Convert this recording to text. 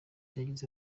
yagize